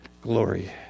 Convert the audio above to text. glory